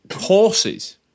horses